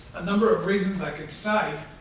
a number of reasons i could cite.